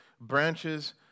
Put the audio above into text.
branches